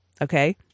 Okay